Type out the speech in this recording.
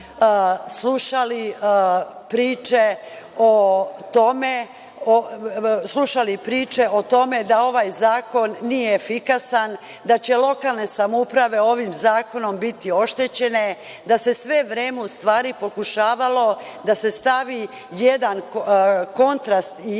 slušali priče o tome da ovaj zakon nije efikasan, da će lokalne samouprave ovim zakonom biti oštećene, da se sve vreme u stvari pokušavalo da se stavi jedan kontrast i jedna